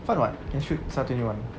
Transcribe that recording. fun [what] can shoot SAR twenty one